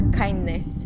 kindness